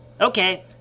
Okay